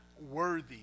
worthy